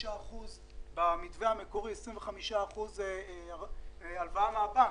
הרי במתווה המקורי הם צריכים להביא 25% הלוואה מהבנק.